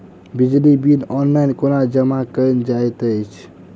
बिजली bill online कोना जमा कएल जाइत अछि?